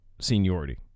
seniority